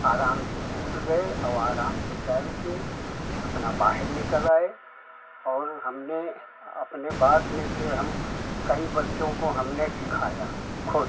आराम से कूद गए और आराम से तैर कर अपना बाहर निकल आए और हमने अपने बाद में से हम कई बच्चों को हमने सिखाया है खुद